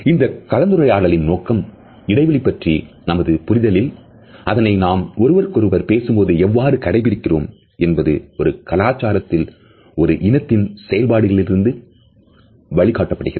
இந்த கலந்துரையாடலின் நோக்கம் இடைவெளி பற்றிய நமது புரிதலில் அதனை நாம் ஒருவருக்கு ஒருவர் பேசும்போது எவ்வாறு கடைபிடிக்கிறோம் என்பது ஒரு கலாச்சாரத்தில் ஒரு இனத்தின் செயல்பாடுகளிலிருந்து வழி காட்டப்படுகிறது